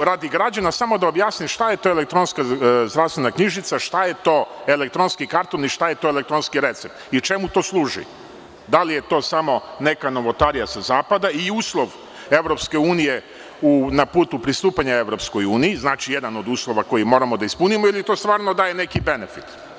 radi građana ću da objasnim šta je to elektronska zdravstvena knjižica, šta je to elektronski karton i šta je to elektronski recept i čemu to služi, da li je to samo neka novotarija sa zapada i uslov EU na putu pristupanja EU, jedan od uslova koji moramo da ispunimo ili to stvarno daje neki benefit.